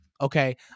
Okay